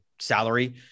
salary